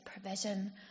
provision